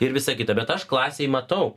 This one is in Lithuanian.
ir visa kita bet aš klasėj matau